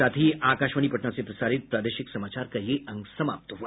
इसके साथ ही आकाशवाणी पटना से प्रसारित प्रादेशिक समाचार का ये अंक समाप्त हुआ